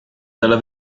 dalla